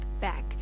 back